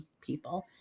people